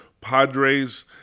Padres